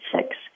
six